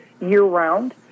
year-round